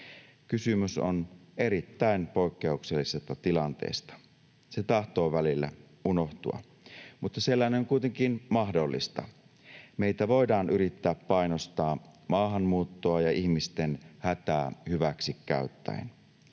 Kysymys on erittäin poikkeuksellisesta tilanteesta. Se tahtoo välillä unohtua, mutta sellainen on kuitenkin mahdollista. Meitä voidaan yrittää painostaa maahanmuuttoa ja ihmisten hätää hyväksi käyttäen.